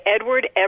Edward